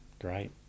great